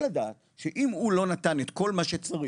לדעת שאם הוא לא נתן את כל מה שצריך,